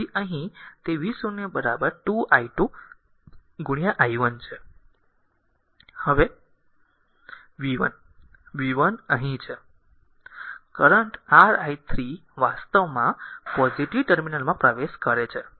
તેથી અહીં તે v0 2 i2 i 1 છે હવે v 1 v 1 અહીં છે કરંટ r i 3વાસ્તવમાં પોઝીટીવ ટર્મિનલમાં પ્રવેશ કરે છે